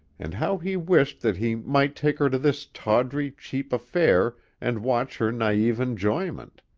and how he wished that he might take her to this tawdry, cheap affair and watch her naive enjoyment.